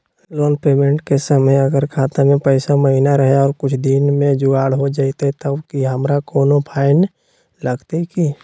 Loan payment के समय अगर खाता में पैसा महिना रहै और कुछ दिन में जुगाड़ हो जयतय तब की हमारा कोनो फाइन लगतय की?